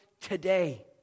today